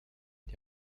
die